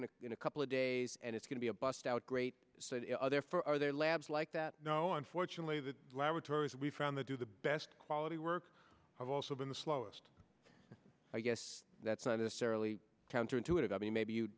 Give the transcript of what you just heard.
in a in a couple of days and it's going to be a bust out great said other for their labs like that no unfortunately the laboratories we've found the do the best quality work have also been the slowest i guess that's not necessarily counter intuitive i mean maybe you'd